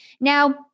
Now